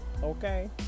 okay